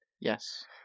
Yes